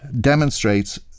demonstrates